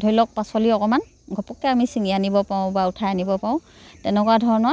ধৰি লওক পাচলি অকণমান ঘপককৈ আমি চিঙি আনিব পাৰোঁ বা উঠাই আনিব পাৰোঁ তেনেকুৱা ধৰণৰ